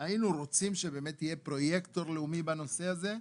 היינו רוצים שבאמת יהיה פרויקטור לאומי בנושא הזה,